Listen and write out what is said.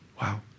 Wow